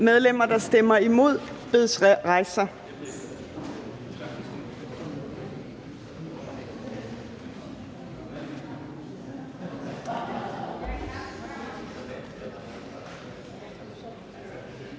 medlemmer, der stemmer imod, bedes rejse